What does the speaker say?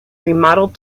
remodeled